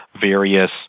various